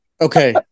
Okay